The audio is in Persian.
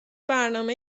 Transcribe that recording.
برنامه